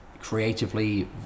creatively